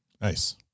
Nice